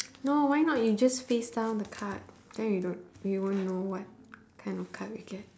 no why not you just face down the card then you don't we won't know what kind of card we get